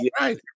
right